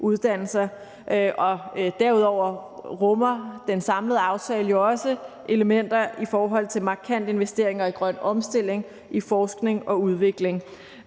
derudover rummer den samlede aftale jo også elementer i forhold til markante investeringer i grøn omstilling, i forskning og udvikling.